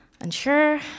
unsure